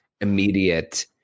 immediate